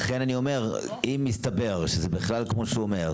אם יסתבר שזה כמו שהוא אומר,